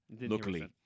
Luckily